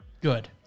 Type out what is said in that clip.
Good